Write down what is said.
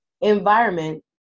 environment